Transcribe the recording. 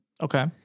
okay